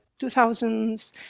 2000s